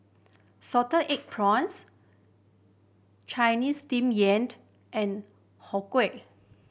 salted egg prawns Chinese Steamed Yam and Har Kow